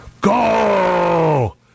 Go